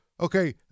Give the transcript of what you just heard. okay